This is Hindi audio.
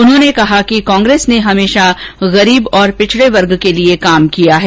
उन्होंने कहा कि कांग्रेस ने हमेशा गरीब और पिछड़े वर्ग के लिए काम किया है